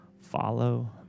Follow